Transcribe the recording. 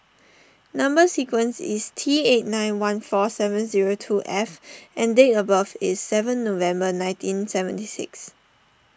Number Sequence is T eight nine one four seven zero two F and date of birth is seven November nineteen seventy six